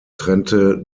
trennte